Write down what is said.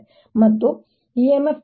ಮತ್ತು EMF ಬದಲಾವಣೆಯನ್ನು ವಿರೋಧಿಸುತ್ತದೆ